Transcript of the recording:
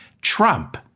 trump